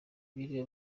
biriwe